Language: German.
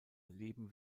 leben